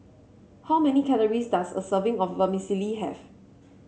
how many calories does a serving of Vermicelli have